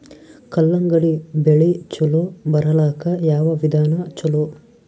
ಕಲ್ಲಂಗಡಿ ಬೆಳಿ ಚಲೋ ಬರಲಾಕ ಯಾವ ವಿಧಾನ ಚಲೋ?